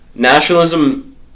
Nationalism